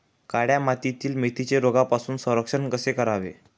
काळ्या मातीतील मेथीचे रोगापासून संरक्षण कसे करावे?